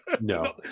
No